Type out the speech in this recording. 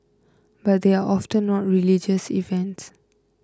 but they are often not religious events